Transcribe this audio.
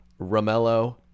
Romelo